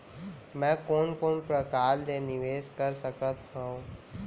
मैं कोन कोन प्रकार ले निवेश कर सकत हओं?